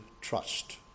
trust